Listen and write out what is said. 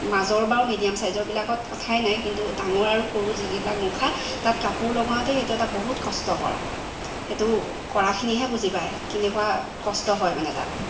মাজৰ বাৰু মেডিয়াম চাইজৰবিলাকত কথাই নাই কিন্তু ডাঙৰ আৰু সৰু যিবিলাক মুখা তাত কাপোৰ লগাওঁতে সেইটো এটা বহুত কষ্টকৰ সেইটো কৰাখিনিহে বুজি পায় কেনেকুৱা কষ্ট হয় মানে তাত